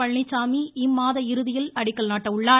பழனிச்சாமி இம்மாத இறுதியில் அடிக்கல் நாட்ட உள்ளார்